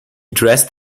dressed